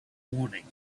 morning